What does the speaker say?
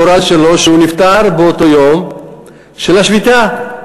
הגורל שלו שהוא נפטר באותו יום של השביתה.